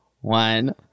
one